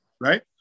right